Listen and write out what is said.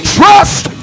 trust